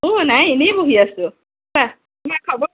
অ নাই ইনেই বহি আছোঁ কোৱা তোমাৰ খবৰ